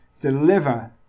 deliver